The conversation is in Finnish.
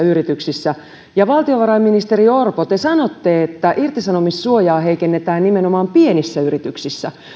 yrityksissä valtiovarainministeri orpo te sanotte että irtisanomissuojaa heikennetään nimenomaan pienissä yrityksissä